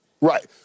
Right